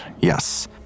yes